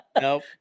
Nope